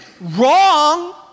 Wrong